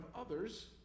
others